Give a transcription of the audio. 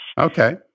Okay